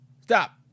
Stop